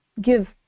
give